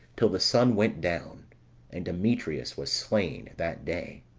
till the sun went down and demetrius was slain that day.